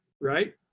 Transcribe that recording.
right